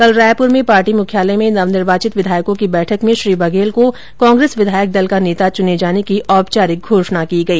कल रायपुर में पार्टी मुख्यालय में नव निर्वाचित विधायकों की बैठक में श्री बघेल को कांग्रेस विधायक दल का नेता चुने जाने की औपचारिक घोषणा की गई